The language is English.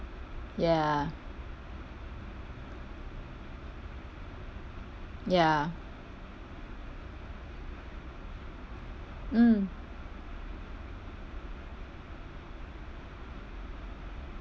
ya ya mm